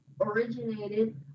originated